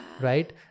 Right